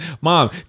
Mom